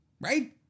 Right